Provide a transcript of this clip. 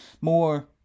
more